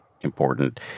important